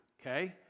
okay